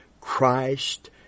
Christ